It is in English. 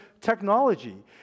technology